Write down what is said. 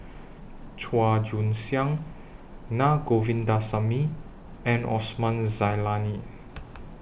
Chua Joon Siang Na Govindasamy and Osman Zailani